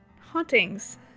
hauntings